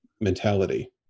mentality